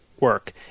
Work